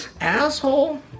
Asshole